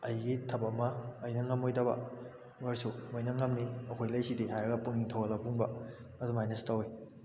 ꯑꯩꯒꯤ ꯊꯕꯛ ꯑꯃ ꯑꯩꯅ ꯉꯝꯃꯣꯏꯗꯕ ꯑꯣꯏꯔꯁꯨ ꯃꯣꯏꯅ ꯉꯝꯅꯤ ꯑꯩꯈꯣꯏ ꯂꯩꯁꯤꯗꯤ ꯍꯥꯏꯔꯒ ꯄꯨꯛꯅꯤꯡ ꯊꯧꯒꯠꯂꯛꯄꯒꯨꯝꯕ ꯑꯗꯨꯃꯥꯏꯅꯁꯨ ꯇꯧꯋꯤ